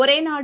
ஒரேநாடு